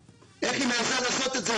איך היא מעזה לעשות את זה?